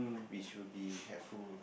which will be helpful